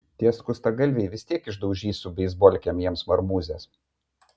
tie skustagalviai vis tiek išdaužys su beisbolkėm jiem marmūzes